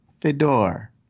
Fedor